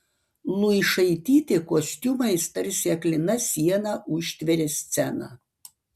luišaitytė kostiumais tarsi aklina siena užtveria sceną